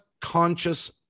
conscious